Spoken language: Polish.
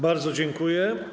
Bardzo dziękuję.